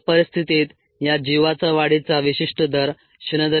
या परिस्थितीत या जीवाचा वाढीचा विशिष्ट दर 0